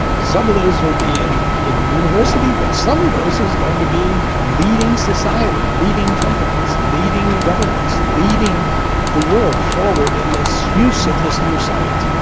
some of those will be in in the university but some of those are going to be leading society, leading companies, leading governments, leading the world forward in this use of this new science.